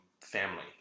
family